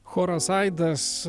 choras aidas